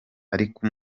ariko